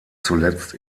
zuletzt